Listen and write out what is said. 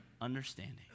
understanding